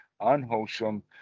unwholesome